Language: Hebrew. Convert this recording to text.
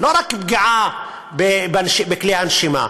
לא רק פגיעה בכלי הנשימה.